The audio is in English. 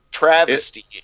Travesty